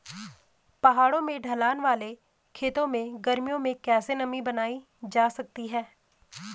पहाड़ों में ढलान वाले खेतों में गर्मियों में कैसे नमी बनायी रखी जा सकती है?